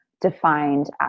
defined